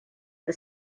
the